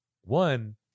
one